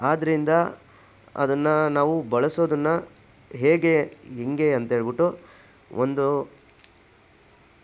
ಆದ್ದರಿಂದ ಅದನ್ನು ನಾವು ಬಳಸೋದನ್ನು ಹೇಗೆ ಹೇಗೆ ಅಂತ ಹೇಳಿಬಿಟ್ಟು ಒಂದು